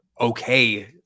okay